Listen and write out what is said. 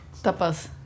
Tapas